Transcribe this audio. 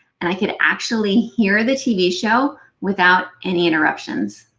and i could actually hear the tv show without any interruptions.